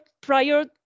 prior